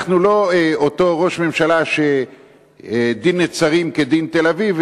אנחנו לא אותו ראש ממשלה שדין נצרים כדין תל-אביב,